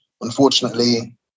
Unfortunately